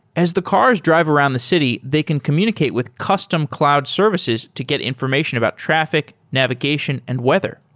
as the cars drive around the city, they can communicate with custom cloud services to get information about traffic, navigation and weather.